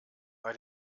bei